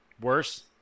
Worse